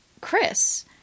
Chris